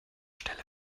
stelle